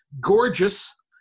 gorgeous